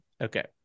Okay